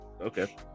Okay